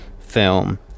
film